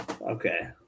Okay